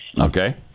Okay